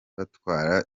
batwara